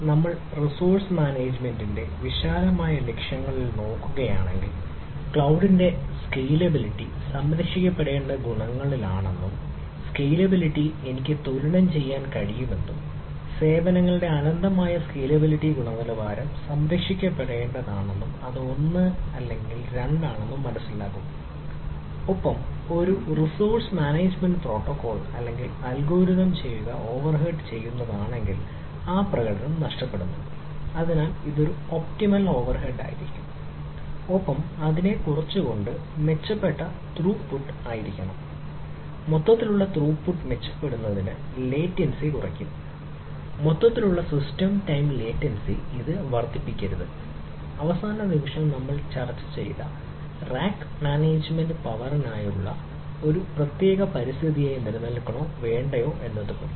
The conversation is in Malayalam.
നമ്മൾ റിസോഴ്സ് മാനേജ്മെന്റിനെ വിശാലമായ ലക്ഷ്യങ്ങളിൽ നോക്കുകയാണെങ്കിൽ ക്ലൌഡിന്റെ സ്കെയിലബിലിറ്റി ഒരു പ്രത്യേക പരിതസ്ഥിതിയായി നിലനിൽക്കണോ വേണ്ടയോ എന്നത് പോലെ